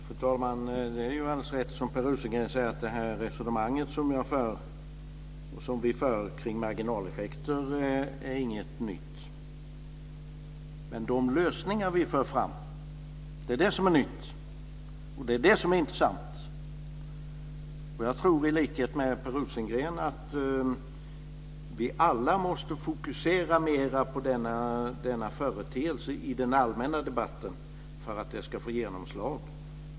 Fru talman! Det är alldeles rätt som Per Rosengren säger, att det resonemang kring marginaleffekter som vi för inte är något nytt. Men de lösningar vi för fram är nya. Det är det som är intressant. Jag tror i likhet med Per Rosengren att vi alla måste fokusera mer på denna företeelse i den allmänna debatten för att det ska få genomslog.